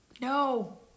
No